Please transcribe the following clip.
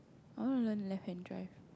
I want to learn left hand drive